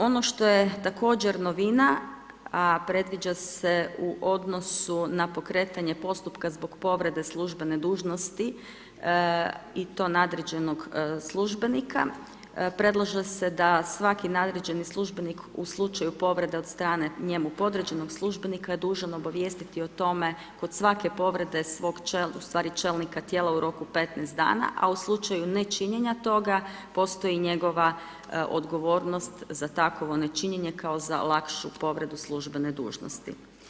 Ono što je također novina, a predviđa se u odnosu na pokretanje postupka zbog povrede službene dužnosti i to nadređenog službenika, predlaže se da svaki nadređeni službenik, u slučaju povrede od strane, njemu podređenog službenika, je dužan obavijestiti o tome, kod svake povrede, ustvari čelnika tijela u roku 15 dana, a u slučaju nečinjenja toga, postoji njegova odgovornost za takvo nečinjenje, kao za lakšu povredu službene dužnosti.